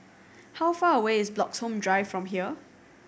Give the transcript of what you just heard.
how far away is Bloxhome Drive from here